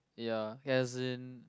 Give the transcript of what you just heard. ya has in